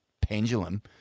pendulum